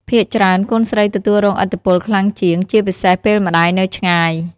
ភាគច្រើន កូនស្រីទទួលរងឥទ្ធិពលខ្លាំងជាង ជាពិសេសពេលម្តាយនៅឆ្ងាយ។